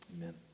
amen